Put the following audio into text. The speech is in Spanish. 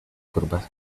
curvas